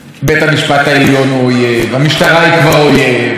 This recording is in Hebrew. בית המשפט העליון הוא אויב, המשטרה היא כבר אויב.